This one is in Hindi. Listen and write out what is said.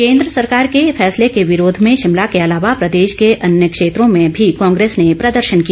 केन्द्र सरकार के फैसले के विरोध में शिमला के अलावा प्रदेश के अन्य क्षेत्रों में भी कांग्रेस ने प्रदर्शन किया